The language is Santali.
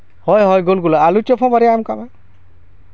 ᱦᱳᱭ ᱦᱳᱭ ᱜᱳᱞ ᱜᱳᱞᱟᱜ ᱟᱹᱞᱩ ᱪᱚᱯ ᱦᱚᱸ ᱵᱟᱨᱭᱟ ᱮᱢ ᱠᱟᱜ ᱢᱮ